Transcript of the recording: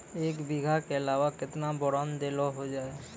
एक बीघा के अलावा केतना बोरान देलो हो जाए?